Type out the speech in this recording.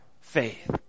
faith